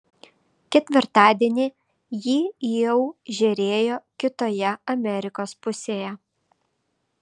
ketvirtadienį ji jau žėrėjo kitoje amerikos pusėje